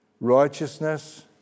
righteousness